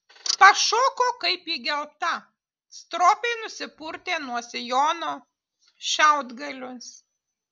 pašoko kaip įgelta stropiai nusipurtė nuo sijono šiaudgalius